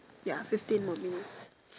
ya fifteen more minutes